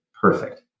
Perfect